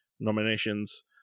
nominations